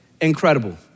incredible